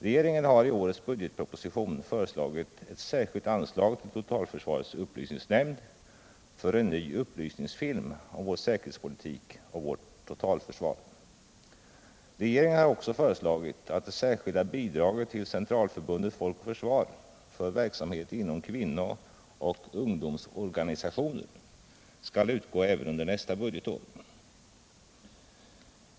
Regeringen har i årets budgetproposition föreslagit ett särskilt anslag till totalförsvarets upplysningsnämnd för en ny upplysningsfilm om vår säkerhetspolitik och vårt totalförsvar. Regeringen har också föreslagit att det särskilda bidraget till Centralförbundet Folk och försvar, för verksamhet inom kvinnooch ungdomsorganisationerna, skulle utgå även under nästa budgetår.